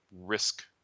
risk